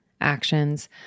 actions